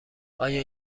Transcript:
آیا